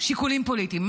שיקולים פוליטיים.